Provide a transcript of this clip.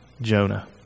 Jonah